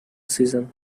season